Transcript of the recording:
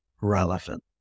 relevant